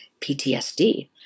PTSD